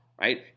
right